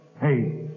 Hey